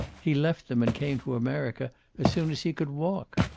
he left them and came to america as soon as he could walk.